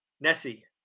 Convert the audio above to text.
Nessie